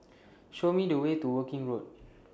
Show Me The Way to Woking Road